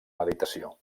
meditació